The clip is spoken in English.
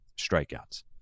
strikeouts